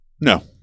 No